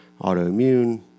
autoimmune